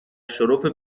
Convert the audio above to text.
شرف